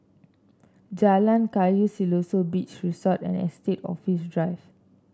Jalan Kayu Siloso Beach Resort and Estate Office Drive